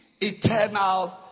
eternal